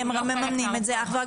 אם הם כבר נמצאים שם,